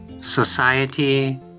society